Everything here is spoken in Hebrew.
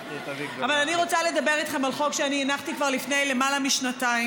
אבל אני רוצה לדבר איתכם על חוק שאני הנחתי כבר לפני למעלה משנתיים,